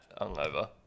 hungover